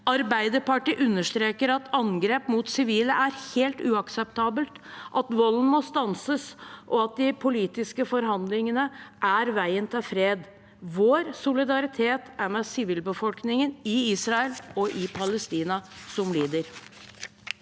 Arbeiderpartiet understreker at angrep mot sivile er helt uakseptabelt, at volden må stanses, og at de politiske forhandlingene er veien til fred. Vår solidaritet er hos sivilbefolkningen i Israel og i Palestina, som lider.